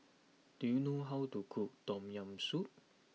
do you know how to cook Tom Yam Soup